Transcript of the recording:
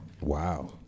Wow